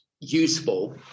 useful